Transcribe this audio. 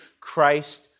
Christ